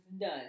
done